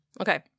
Okay